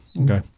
Okay